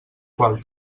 qual